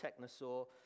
technosaur